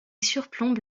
surplombe